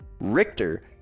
Richter